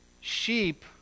Sheep